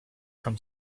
from